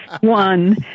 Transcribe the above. one